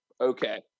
Okay